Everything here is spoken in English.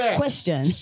question